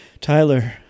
Tyler